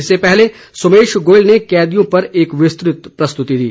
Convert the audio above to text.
इससे पहले सोमेश गोयल ने कैदियों पर एक विस्तृत प्रस्तुति दी